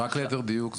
רק ליתר דיוק,